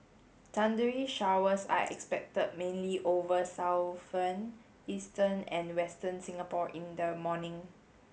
thundery showers are expected mainly over eastern and western Singapore in the morning